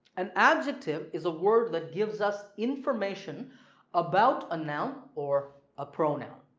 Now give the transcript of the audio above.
an adjective is a word that gives us information about a noun or a pronoun.